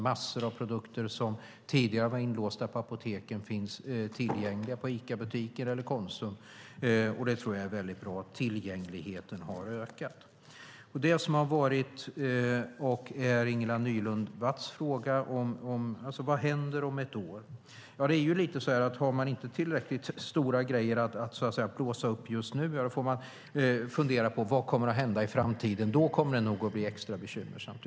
Massor av produkter som tidigare var inlåsta på apoteken finns tillgängliga i Icabutiker eller Konsumbutiker. Det tror jag är väldigt bra. Tillgängligheten har ökat. Ingela Nylund Watz frågar: Vad händer om ett år? Ja, det är ju lite så att har man inte tillräckligt stora grejer att blåsa upp just nu får man fundera på vad som kommer att hända i framtiden - då kommer det nog att bli extra bekymmersamt.